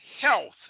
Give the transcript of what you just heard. health